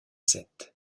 sept